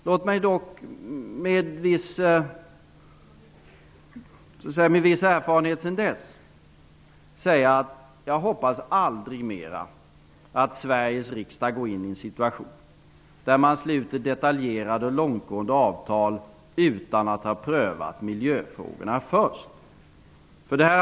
Låt mig med viss erfarenhet sedan dess säga att jag hoppas att Sverige aldrig mer går in i en situation, där man sluter detaljerade och långtgående avtal utan att först ha prövat miljöfrågorna.